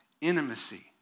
Intimacy